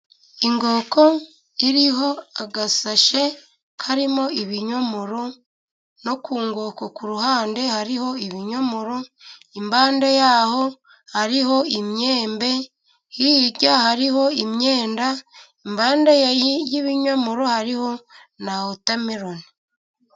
Inkoko iriho agasashe karimo ibinyomoro, no ku nkoko ku ruhande hariho ibinyomoro. Impande yaho hariho imyembe. Hirya hariho imyenda, impande y'ibinyomoro hariho na wotameloni.